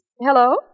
Hello